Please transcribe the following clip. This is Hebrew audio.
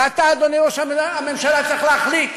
ואתה, אדוני ראש הממשלה, צריך להחליט: